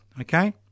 Okay